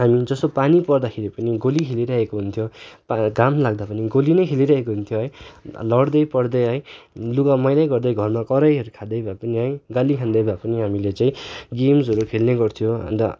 हामी जसो पानी पर्दाखेरि पनि गोली खेलिरहेका हुन्थ्यौँ घाम लाग्दा पनि गोली नै खेलिरहेका हुन्थ्यो है लडदै पडदै है लुगा मैला गर्दै घरमा कराइहरू खँदै भए पनि है गाली खाँदै भए पनि हामीले चाहिँ गेम्सहरू खेल्ने गर्थ्यौँ अन्त